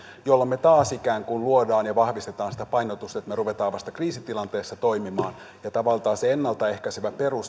jolloin me taas ikään kuin luomme ja vahvistamme sitä painotusta että me rupeamme vasta kriisitilanteessa toimimaan ja tavallaan se ennalta ehkäisevä